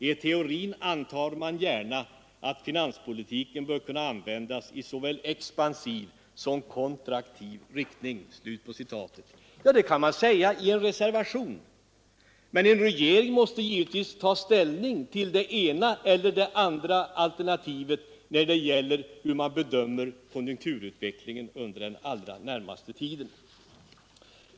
I teorin antar man gärna att finanspolitiken bör kunna användas i såväl expansiv som kontraktiv riktning.” Ja, det kan man säga i en reservation, men en regering måste givetvis ta ställning till det ena eller det andra alternativet när det gäller att bedöma konjunkturutvecklingen under den allra närmast liggande tiden.